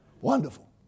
Wonderful